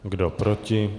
Kdo proti?